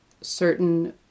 certain